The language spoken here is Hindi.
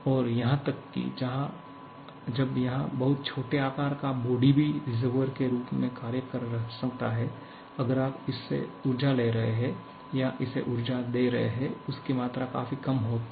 और यहां तक कि जब यहां बहुत छोटे आकार का बॉडी भी रिसर्वोइएर के रूप में कार्य कर सकता है अगर आप इससे ऊर्जा ले रहे हैं या इसे ऊर्जा दे रहे हो उसकी मात्रा काफी कम है तो